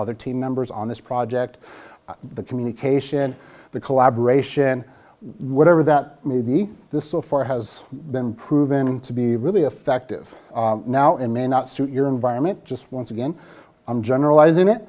other team members on this project the communication the collaboration whatever that may be this so far has been proven to be really effective now in may not suit your environment just once again i'm generalizing it